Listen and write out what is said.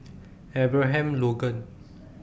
Abraham Logan